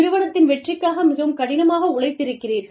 நிறுவனத்தின் வெற்றிக்காக மிகவும் கடினமாக உழைத்திருக்கிறீர்கள்